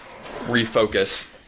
refocus